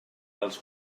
dels